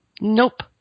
nope